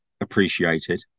appreciated